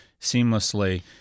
seamlessly